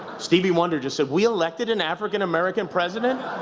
stevie wonder just said we elected an african-american president!